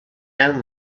own